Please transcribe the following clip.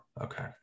Okay